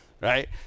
right